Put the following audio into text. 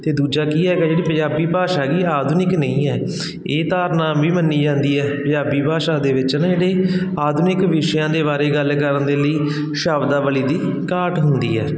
ਅਤੇ ਦੂਜਾ ਕੀ ਹੈਗਾ ਜੀ ਪੰਜਾਬੀ ਭਾਸ਼ਾ ਗੀ ਆਧੁਨਿਕ ਨਹੀਂ ਹੈ ਇਹ ਧਾਰਨਾ ਵੀ ਮੰਨੀ ਜਾਂਦੀ ਹੈ ਪੰਜਾਬੀ ਭਾਸ਼ਾ ਦੇ ਵਿੱਚ ਨਾ ਜਿਹੜੀ ਆਧੁਨਿਕ ਵਿਸ਼ਿਆਂ ਦੇ ਬਾਰੇ ਗੱਲ ਕਰਨ ਦੇ ਲਈ ਸ਼ਬਦਾਵਲੀ ਦੀ ਘਾਟ ਹੁੰਦੀ ਹੈ